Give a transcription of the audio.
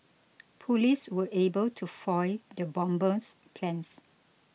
police were able to foil the bomber's plans